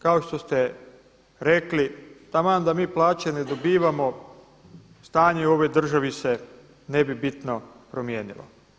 Kao što ste rekli taman da mi plaće ne dobivamo stanje u ovoj državi se ne bi bitno promijenilo.